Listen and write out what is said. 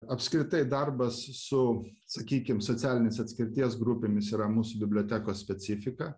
apskritai darbas su sakykim socialinės atskirties grupėmis yra mūsų bibliotekos specifika